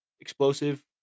Explosive